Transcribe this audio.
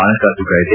ಹಣಕಾಸು ಕಾಯ್ದೆ